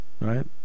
right